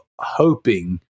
hoping